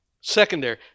Secondary